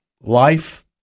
life